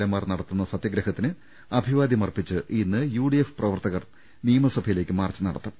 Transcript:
എമാർ നടത്തുന്ന സത്യ ഗ്രഹത്തിന് അഭിവാദ്യമർപ്പിച്ച് ഇന്ന് യു ഡി എഫ് പ്രവർത്തകർ നിയമസഭ യിലേക്ക് മാർച്ച് നടത്തും